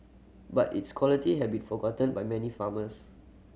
but its quality have been forgotten by many farmers